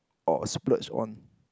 or splurged on